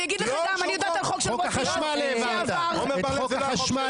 את חוק החשמל העברת.